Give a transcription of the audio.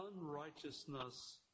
unrighteousness